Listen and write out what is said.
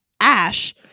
ash